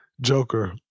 Joker